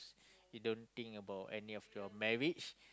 you don't think about any of your marriage